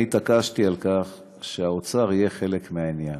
אני התעקשתי שהאוצר יהיה חלק מהעניין,